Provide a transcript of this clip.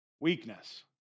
Weakness